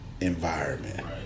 environment